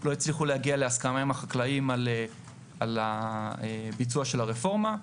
לא הצליחו להגיע להסכמה עם החקלאים על ביצוע של הרפורמה.